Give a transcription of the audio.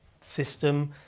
system